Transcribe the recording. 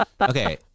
okay